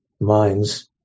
minds